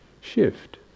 shift